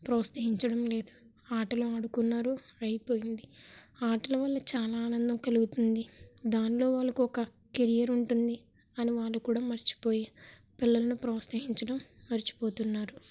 ప్రోత్సహించడం లేదు ఆటలు ఆడుకున్నారు అయిపోయింది ఆటల వల్ల చాలా ఆనందం కలుగుతుంది దాన్లో వాళ్లకు ఒక కెరియర్ ఉంటుంది అని వాళ్ళు కూడా మర్చిపోయి పిల్లల్ని ప్రోత్సహించడం మర్చిపోతున్నారు